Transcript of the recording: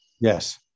Yes